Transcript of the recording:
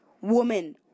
Woman